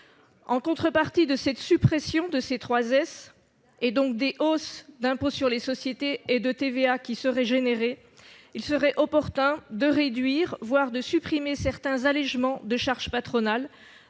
En contrepartie de la suppression de la C3S et des hausses d'impôt sur les sociétés et de TVA qui en résulteraient, il serait opportun de réduire, voire de supprimer certains allégements de charges patronales,